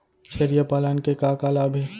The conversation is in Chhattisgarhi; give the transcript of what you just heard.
छेरिया पालन के का का लाभ हे?